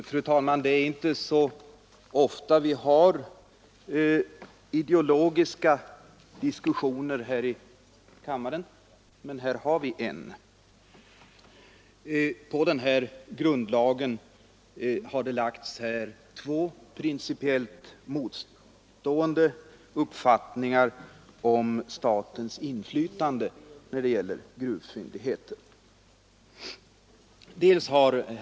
Fru talman! Det är inte så ofta vi har ideologiska diskussioner här i kammaren, men nu har vi en. När det gäller gruvlagen har det anförts två principiellt motstående uppfattningar om statens inflytande över gruvfyndigheter.